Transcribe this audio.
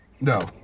No